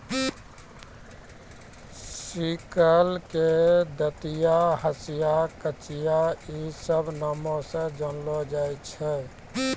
sickle के दंतिया, हंसिया, कचिया इ सभ नामो से जानलो जाय छै